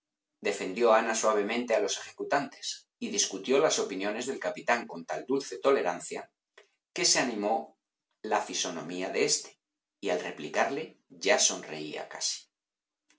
defendió ana suavemente a los ejecutantes y discutió las opiniones del capitán con tan dulce tolerancia que se animó la fisonomía de éste y al replicarle ya sonreía casi se